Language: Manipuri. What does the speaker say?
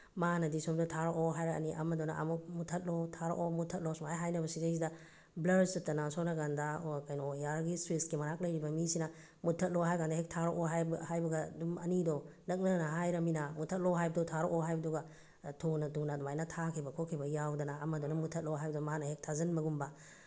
ꯃꯥꯅꯗꯤ ꯁꯣꯝꯗ ꯊꯥꯔꯛꯑꯣ ꯍꯥꯏꯔꯛꯑꯅꯤ ꯑꯃꯗꯨꯅ ꯑꯃꯨꯛ ꯃꯨꯠꯊꯠꯂꯣ ꯊꯥꯔꯛꯑꯣ ꯃꯨꯠꯊꯠꯂꯣ ꯁꯨꯃꯥꯏꯅ ꯍꯥꯏꯅꯕ ꯁꯤꯗꯒꯤꯁꯤꯗ ꯕ꯭ꯂꯔ ꯆꯠꯇꯅ ꯁꯣꯝꯅꯥꯀꯟꯗ ꯀꯩꯅꯣ ꯋꯥꯌꯔꯒꯤ ꯁ꯭ꯋꯤꯁꯀꯤ ꯃꯅꯥꯛ ꯂꯩꯔꯤꯕ ꯃꯤꯁꯤꯅ ꯃꯨꯠꯊꯠꯂꯣ ꯍꯥꯏꯔꯀꯥꯟꯗ ꯍꯦꯛ ꯊꯥꯔꯛꯑꯣ ꯍꯥꯏꯕ ꯍꯥꯏꯕꯒ ꯑꯗꯨꯝ ꯑꯅꯤꯗꯣ ꯅꯛꯅꯅ ꯍꯥꯏꯔꯕꯅꯤꯅ ꯃꯨꯠꯊꯠꯂꯣ ꯍꯥꯏꯕꯗꯣ ꯊꯥꯔꯛꯑꯣ ꯍꯥꯏꯕꯗꯨꯒ ꯊꯨꯅ ꯊꯨꯅ ꯑꯗꯨꯃꯥꯏꯅ ꯊꯥꯈꯤꯕ ꯈꯣꯠꯈꯤꯕ ꯌꯥꯎꯗꯅ ꯑꯃꯗꯨꯅ ꯃꯨꯠꯊꯠꯂꯣ ꯍꯥꯏꯕꯗꯣ ꯃꯥꯅ ꯍꯦꯛ ꯊꯥꯖꯤꯟꯕꯒꯨꯝꯕ